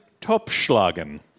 topschlagen